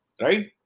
right